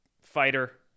fighter